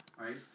right